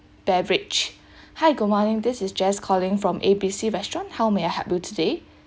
beverage hi good morning this is jess calling from A B C restaurant how may I help you today